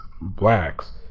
blacks